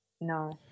No